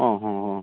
ആ ആ ആ